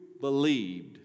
believed